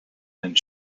and